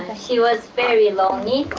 she was very lonely,